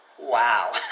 Wow